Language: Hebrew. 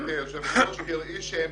גבירתי היושבת-ראש אף